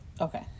Okay